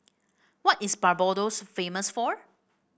what is Barbados famous for